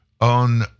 on